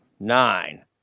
Nine